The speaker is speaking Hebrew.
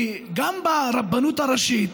גם ברבנות הראשית